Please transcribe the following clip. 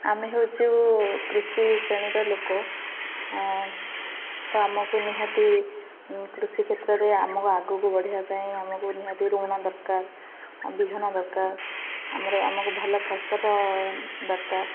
ଆମେ ହେଉଛୁ କୃଷି ଶ୍ରେଣୀର ଲୋକ ତ ଆମକୁ ନିହାତି କୃଷି କ୍ଷେତ୍ରରେ ଆମକୁ ଆଗକୁ ବଢ଼ିବା ପାଇଁ ଆମକୁ ନିହାତି ଋଣ ଦରକାର ବିହନ ଦରକାର ଆମର ଆମକୁ ଭଲ ଫସଲ ଦରକାର